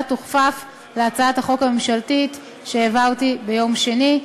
תוכפף להצעת החוק הממשלתית שהעברתי ביום שני,